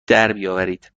دربیاورید